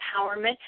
empowerment